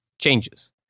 changes